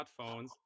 smartphones